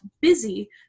busy